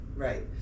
Right